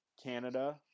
Canada